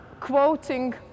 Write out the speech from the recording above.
quoting